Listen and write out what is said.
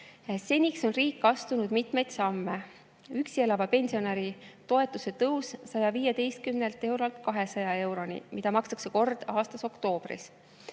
Seniks on riik astunud mitmeid samme: üksi elava pensionäri toetuse tõus 115 eurolt 200 euroni, mida makstakse kord aastas, oktoobris;